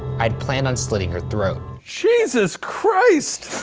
i'd planned on slitting her throat. jesus christ!